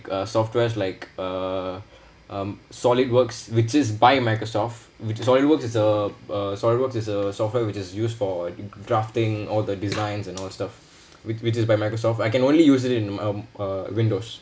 uh softwares like uh um solidworks which is by microsoft solidworks is uh uh solidworks is a software which is used for drafting all the designs and all stuff which which is by microsoft I can only use it in uh uh windows